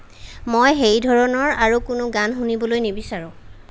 মই সেই ধৰণৰ আৰু কোনো গান শুনিবলৈ নিবিচাৰোঁ